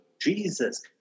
Jesus